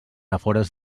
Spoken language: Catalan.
afores